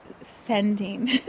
sending